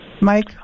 Mike